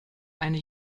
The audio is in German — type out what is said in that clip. eine